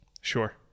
sure